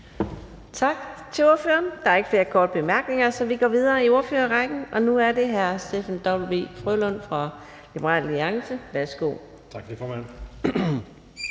Tak til ordføreren. Der er ikke flere korte bemærkninger, så vi går videre i ordførerrækken. Nu er det hr. Steffen W. Frølund fra Liberal Alliance. Værsgo. Kl. 15:10 (Ordfører)